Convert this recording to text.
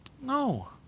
No